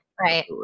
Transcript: Right